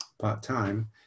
part-time